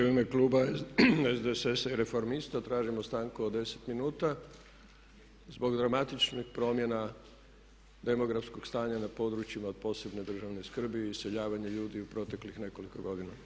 U ime kluba SDSS-a i Reformista tražimo stanku od 10 minuta zbog dramatičnih promjena demografskog stanja na područjima od posebne državne skrbi i iseljavanje ljudi u proteklih nekoliko godina.